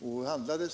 erkännandet vill jag gärna ge.